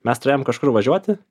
mes turėjom kažkur važiuoti